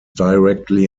directly